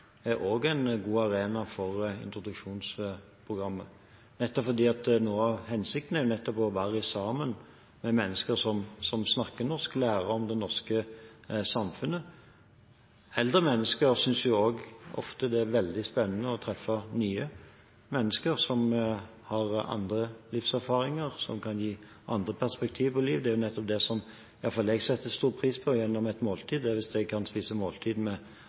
Det er også en god arena for introduksjonsprogrammet, nettopp fordi noe av hensikten er å være sammen med mennesker som snakker norsk, og lære om det norske samfunnet. Eldre mennesker synes også ofte at det er veldig spennende å treffe nye mennesker som har andre livserfaringer og andre perspektiver på livet. Det setter i hvert fall jeg stor pris på under et måltid – hvis jeg kan spise måltider med